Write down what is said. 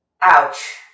Ouch